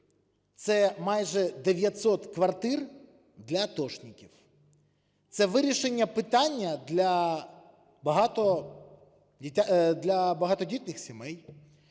це майже 900 квартир для атошників, це вирішення питання для багатодітних сімей.